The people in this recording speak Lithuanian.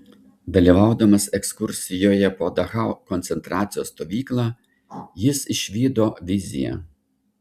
dalyvaudamas ekskursijoje po dachau koncentracijos stovyklą jis išvydo viziją